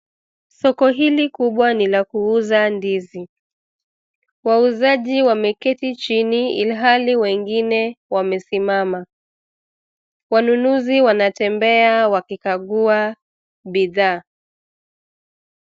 Soko hili kubwa ni la kuuza ndizi. Wauzaji wameketi chini ilhali wengine wamesimama. Wanunuzi wanatembea wakikagua bidhaa.